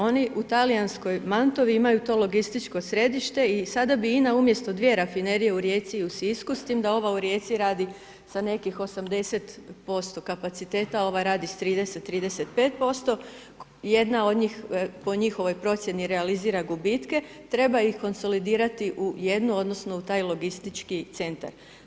Oni u talijanskoj Mantovi imaju to logističko središte i sada bi INA umjesto dvije rafinerije u Rijeci i u Sisku, s time da ova u Rijeci radi sa nekih 80% kapaciteta a ova radi sa 30, 35% jedna od njih, po njihovoj procjeni realizira gubitke, treba ih konsolidirati u jednu odnosno u taj logistički centar.